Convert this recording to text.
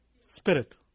spirit